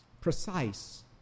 Precise